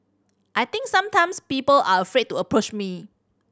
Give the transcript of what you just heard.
I think sometimes people are afraid to approach me